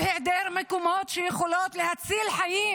על היעדר מקומות שיכולים להציל חיים,